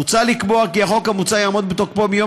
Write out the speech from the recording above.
מוצע לקבוע כי החוק המוצע יעמוד בתוקפו מיום